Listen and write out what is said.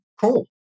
cool